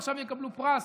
ועכשיו הם יקבלו פרס: